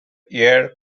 air